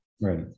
Right